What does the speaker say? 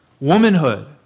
Womanhood